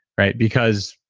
right? because,